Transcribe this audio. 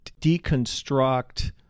deconstruct